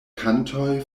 kantoj